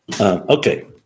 Okay